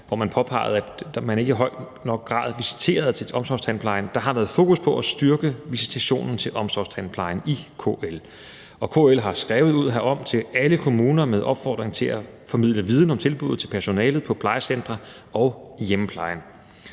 hvor man påpegede, at man ikke i høj nok grad visiterede til omsorgstandplejen, har været fokus på at styrke visitation til omsorgstandplejen i KL. KL har skrevet ud herom til alle kommuner med opfordring til at formidle viden om tilbud til personalet på plejecentre og i hjemmeplejen.